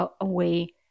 away